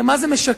מה זה משקף?